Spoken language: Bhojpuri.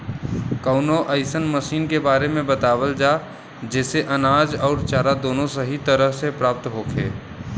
कवनो अइसन मशीन के बारे में बतावल जा जेसे अनाज अउर चारा दोनों सही तरह से प्राप्त होखे?